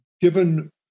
given